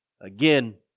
Again